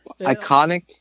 iconic